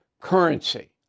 currency